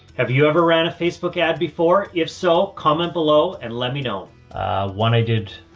have you ever ran a facebook ad before? if so, comment below and let me know what i did.